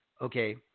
okay